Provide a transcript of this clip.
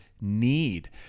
need